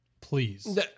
Please